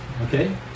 Okay